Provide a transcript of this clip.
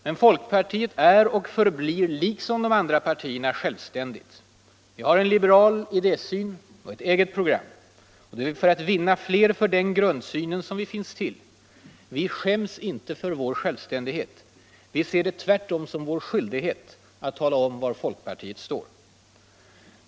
Men folkpartiet är och förblir, liksom de andra partierna, självständigt. Vi har en liberal idésyn och ett eget program. Det är för att vinna fler för den grundsynen som vi finns till. Vi skäms inte för vår självständighet. Vi ser det tvärtom som vår skyldighet att tala om var folkpartiet står.